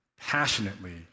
passionately